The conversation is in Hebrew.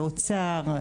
אוצר,